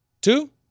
two